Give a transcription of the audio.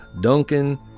Duncan